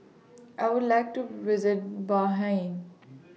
I Would like to visit Bahrain